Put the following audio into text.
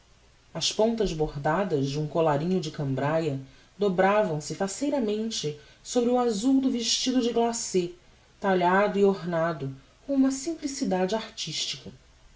as pontas bordadas de um collarinho de cambraia dobravam se faceiramente sobre o azul do vestido de glacé talhado e ornado com uma simplicidade artistica